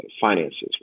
finances